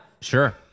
sure